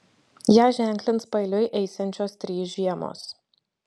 ją ženklins paeiliui eisiančios trys žiemos